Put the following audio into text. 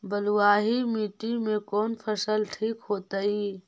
बलुआही मिट्टी में कौन फसल ठिक होतइ?